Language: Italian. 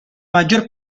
maggior